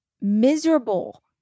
miserable